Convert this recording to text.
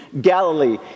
Galilee